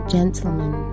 gentlemen